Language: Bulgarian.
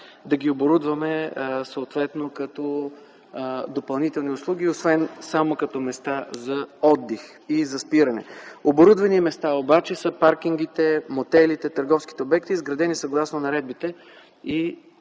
да ги оборудваме съответно като допълнителни услуги, освен само като места за отдих и спиране. Оборудвани места обаче са паркингите, мотелите, търговските обекти, изградени съгласно наредбите и